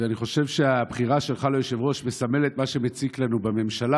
אני חושב שהבחירה שלך ליושב-ראש מסמלת את מה שמציק לנו בממשלה,